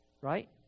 Right